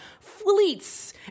fleets